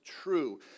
true